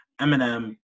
Eminem